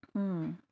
अँ